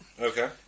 Okay